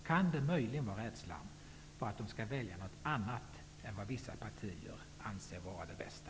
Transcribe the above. Kan det möjligen vara rädsla för att de skall välja något annat än vad vissa partier anser vara det bästa?